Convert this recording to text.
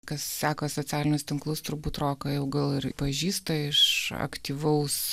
kas seka socialinius tinklus turbūt roką jau gal ir pažįsta iš aktyvaus